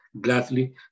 gladly